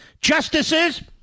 justices